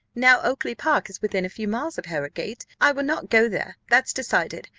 now oakly-park is within a few miles of harrowgate. i will not go there, that's decided.